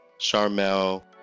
charmel